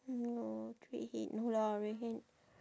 no redhead no lah redhead